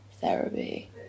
therapy